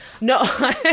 No